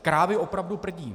Krávy opravdu prdí.